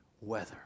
weather